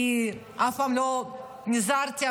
כי נזהרתי.